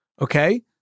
okay